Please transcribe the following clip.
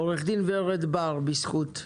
עו"ד ורד בר בזכות.